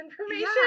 information